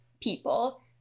people